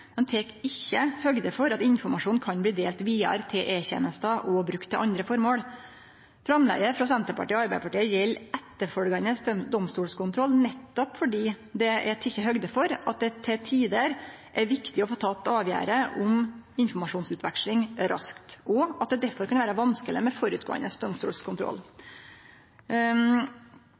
tek ikkje høgd for at informasjonen kan bli delt vidare til E-tenesta og brukt til andre formål. Framlegget frå Senterpartiet og Arbeidarpartiet gjeld etterfølgjande domstolskontroll nettopp fordi det er teke høgd for at det til tider er viktig å få teke avgjerder om informasjonsutveksling raskt, og at det derfor kan vere vanskeleg med domstolskontroll